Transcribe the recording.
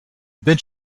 then